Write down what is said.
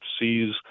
sees